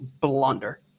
blunder